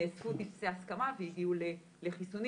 נאספו טפסי הסכמה והגיעו לחיסונים,